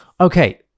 Okay